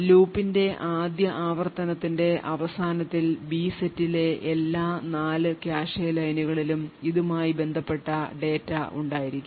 ലൂപ്പിന്റെ ആദ്യ ആവർത്തനത്തിന്റെ അവസാനത്തിൽ ബി സെറ്റിലെ എല്ലാ 4 കാഷെ ലൈനുകളിലും ഇതുമായി ബന്ധപ്പെട്ട data ഉണ്ടായിരിക്കും